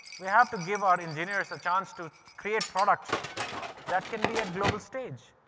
we have to give our engineers a chance to create products that can be at global stage.